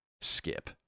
skip